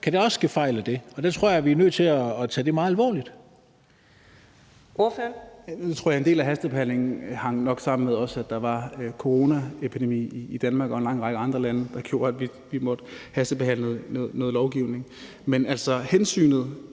Kan der også ske fejl af det? Jeg tror, vi er nødt til at tage det meget alvorligt.